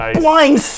blind